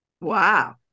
Wow